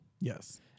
Yes